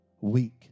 weak